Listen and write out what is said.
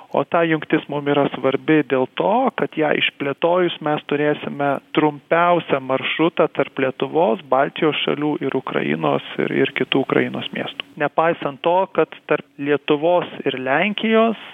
o ta jungtis mum yra svarbi dėl to kad ją išplėtojus mes turėsime trumpiausią maršrutą tarp lietuvos baltijos šalių ir ukrainos ir ir kitų ukrainos miestų nepaisant to kad tarp lietuvos ir lenkijos